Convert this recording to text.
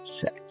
sex